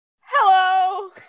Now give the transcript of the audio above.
Hello